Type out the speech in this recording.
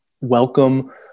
welcome